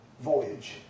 voyage